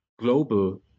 global